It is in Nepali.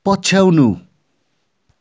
पछ्याउनु